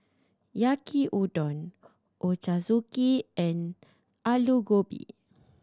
Yaki Udon Ochazuke and Alu Gobi